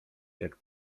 jak